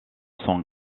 sont